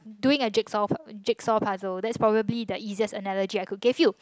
doing a jigsaw jigsaw puzzle that's probably that's easiest energy I could give you